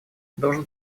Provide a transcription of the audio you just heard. должен